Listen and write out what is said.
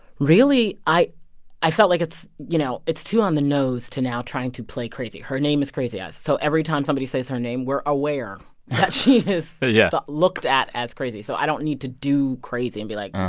really, i i felt like it's you know, it's too on the nose to now trying to play crazy. her name is crazy so every time somebody says her name, we're aware that she is yeah looked at as crazy. so i don't need to do crazy and be like,